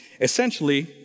Essentially